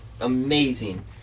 amazing